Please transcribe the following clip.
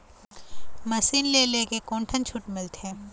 Machine ले ले कोन ठन छूट मिलथे?